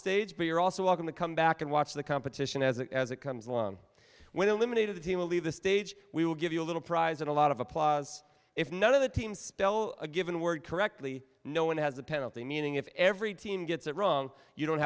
stage but you're also welcome to come back and watch the competition as it as it comes along when eliminated the team will leave the stage we will give you a little prize and a lot of applause if none of the team spell a given word correctly no one has a penalty meaning if every team gets it wrong you don't